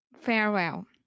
Farewell